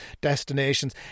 destinations